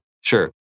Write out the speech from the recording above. Sure